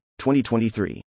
2023